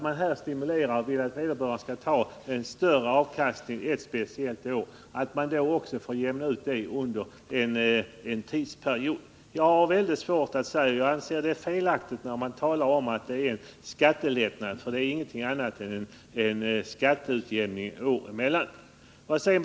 Man stimulerar skogsägarna att ta en större avkastning ett speciellt år samtidigt som vederbörande då också får jämna ut denna inkomst under en tidsperiod. Jag anser att det är felaktigt att tala om en skattelättnad, eftersom det ju ingenting annat är än en skatteutjämning mellan de olika åren.